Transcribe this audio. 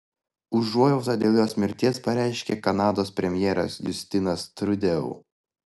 užuojautą dėl jos mirties pareiškė kanados premjeras justinas trudeau